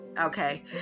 Okay